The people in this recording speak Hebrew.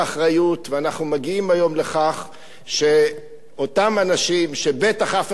ואנחנו מגיעים היום לכך שאותם אנשים שבטח אף אחד לא התכוון